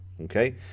okay